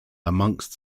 amongst